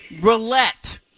roulette